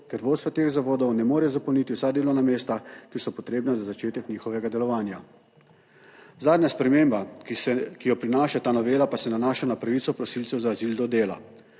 ker vodstva teh zavodov ne morejo zapolniti vsa delovna mesta, ki so potrebna za začetek njihovega delovanja. Zadnja sprememba, ki se, ki jo prinaša ta novela, pa se nanaša na pravico prosilcev za azil do dela.